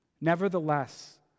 Nevertheless